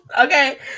okay